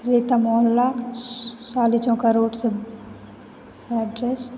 रेता मोहल्ला सालिचौका रोड से एड्रेस